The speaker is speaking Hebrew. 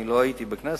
לא הייתי בכנסת,